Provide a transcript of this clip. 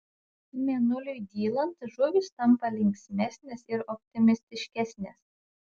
mėnuliui dylant žuvys tampa linksmesnės ir optimistiškesnės